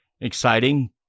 Exciting